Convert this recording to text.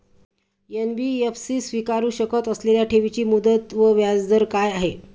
NBFC स्वीकारु शकत असलेल्या ठेवीची मुदत व व्याजदर काय आहे?